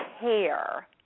care